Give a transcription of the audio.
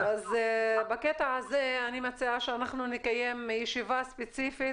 בקטע הזה אני מציעה שאנחנו נקיים ישיבה ספציפית,